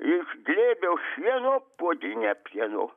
iš glėbio šieno puodynę priedo